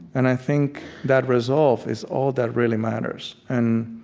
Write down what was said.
and i think that resolve is all that really matters and